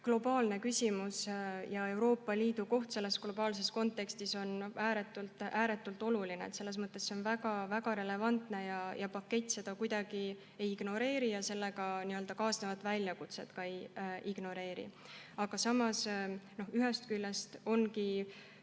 globaalne küsimus ja Euroopa Liidu koht selles globaalses kontekstis on ääretult oluline, nii et selles mõttes on see väga relevantne. Pakett seda kuidagi ei ignoreeri ja ka sellega kaasnevat väljakutset ei ignoreeri. Aga samas, ühest küljest ongi